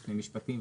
בשני משפטים.